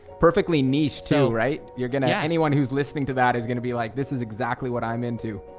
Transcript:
perfectly niche too, right? you're gonna yeah anyone who's listening to that is going to be like this is exactly what i'm into.